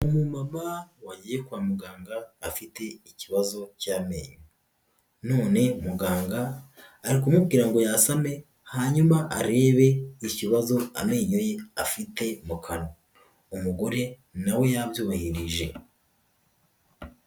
Umu mama wagiye kwa muganga afite ikibazo cy'amenyo. None muganga ari kumubwira ngo yasame hanyuma arebe ikibazo amenyo ye afite mu kanwa. Umugore nawe yabyubahirije.